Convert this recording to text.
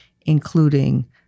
including